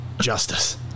Justice